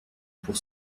pour